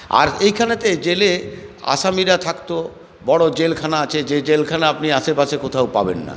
আর এইখানে জেলে আসামীরা থাকতো বড়ো জেলখানা আছে যে জেলখানা আপনি আশে পাশে কোথাও পাবেন না